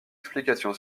explication